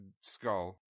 skull